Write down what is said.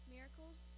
Miracles